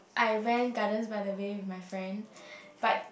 I went Gardens-by-the-Bay with my friend but